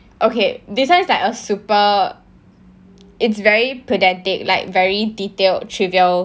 okay this [one] is like a super it's very pathetic like very detailed trivial